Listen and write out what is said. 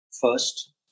first